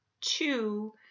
two